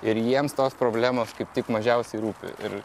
ir jiems tos problemos kaip tik mažiausiai rūpi ir